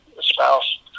spouse